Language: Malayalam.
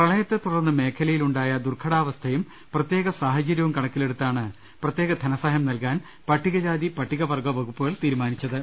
പ്രളയത്തെ തുടർന്ന് മേഖലയിലുണ്ടായ ദുർഘടാവസ്ഥയും പ്രത്യേക സാഹചര്യവും കണക്കിലെട്ടുത്താണ് പ്രത്യേക ധനസ ഹായം നൽകാൻ പട്ടികജാതി പട്ടിക്വർഗ്ഗ വകുപ്പുകൾ തീരുമാ നിച്ചത്